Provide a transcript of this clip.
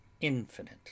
infinite